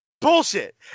Bullshit